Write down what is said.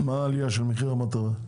מה העלייה של מחיר המטרה?